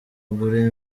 agure